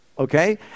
okay